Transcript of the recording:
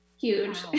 huge